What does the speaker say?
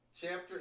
chapter